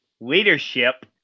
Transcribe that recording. leadership